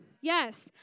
Yes